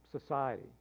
society